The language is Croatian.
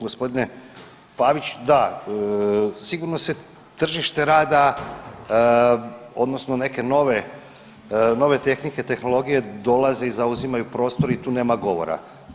Gospodine Pavić, da, sigurno se tržište rada odnosno neke nove, nove tehnike i tehnologije dolaze i zauzimaju prostor i tu nema govora.